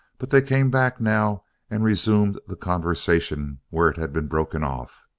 but they came back now and resumed the conversation where it had been broken off.